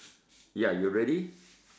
ya you ready